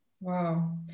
Wow